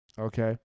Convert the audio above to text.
Okay